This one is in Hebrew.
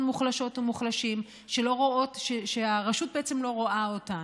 מוחלשות ומוחלשים שהרשות בעצם לא רואה אותן,